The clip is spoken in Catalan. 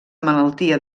malaltia